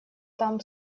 там